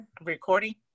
recording